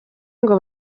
ngo